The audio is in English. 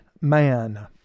man